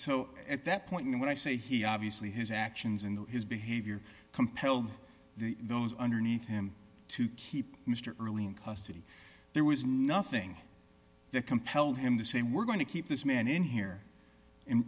so at that point when i say he obviously his actions in the his behavior compelled the those underneath him to keep mr early in custody there was nothing that compelled him to say we're going to keep this man in here